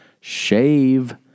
shave